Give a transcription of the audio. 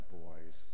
boys